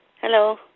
Hello